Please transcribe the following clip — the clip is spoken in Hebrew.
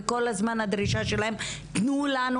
וכל הזמן הדרישה שלהם תנו לנו,